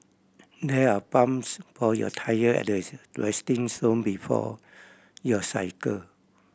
there are pumps for your tyre at the resting zone before you cycle